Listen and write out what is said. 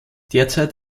derzeit